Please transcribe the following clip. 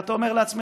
ואתה אומר לעצמך: